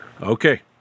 okay